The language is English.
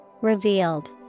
Revealed